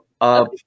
up